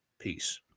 Peace